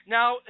Now